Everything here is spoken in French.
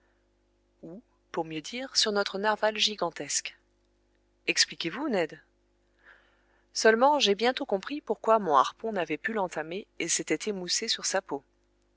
ou pour mieux dire sur notre narwal gigantesque expliquez-vous ned seulement j'ai bientôt compris pourquoi mon harpon n'avait pu l'entamer et s'était émoussé sur sa peau